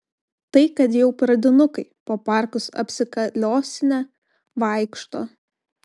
tai kad jau pradinukai po parkus apsikaliosinę vaikšto